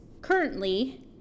currently